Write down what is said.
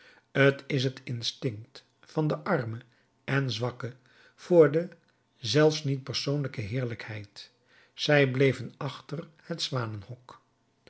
t is het instinct van den arme en zwakke voor de zelfs niet persoonlijke heerlijkheid zij bleven achter het zwanenhok